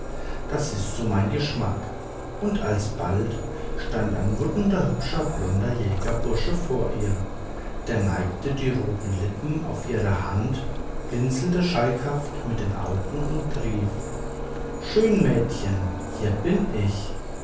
das ist so mein geschmack und alsbald stand ein wunderhübscher blonder jägerbursche vor ihr der neigte die roten lippen auf ihre hand blinzelte schalkhaft mit den augen und rief schön mädchen hier bin ich